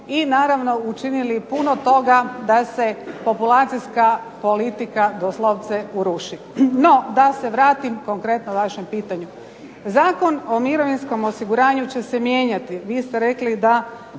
i naravno učinili puno toga da se populacijska politika doslovce uruši. NO, da se vratim konkretno vašem pitanju. Zakon o mirovinskom osiguranju će se mijenjati, vi ste rekli da